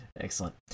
Excellent